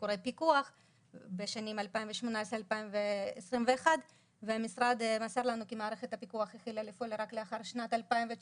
ביקשנו מהמשרד לקבל מידע על מספר ביקורי פיקוח בשנים 2018 עד 2021. והמשרד מסר ל נו כי מערכת הפיקוח החלה לפעול רק לאחר שנת 2019,